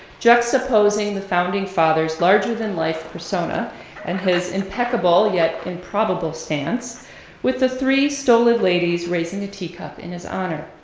juxtaposing the founding father's larger than life persona and his impeccable yet improbable stance with the three stolid ladies raising a teacup in his honor.